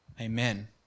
Amen